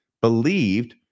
believed